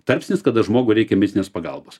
tarpsnis kada žmogui reikia medicininės pagalbos